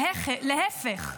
להפך,